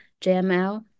JML